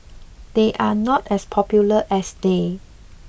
they are not as popular as they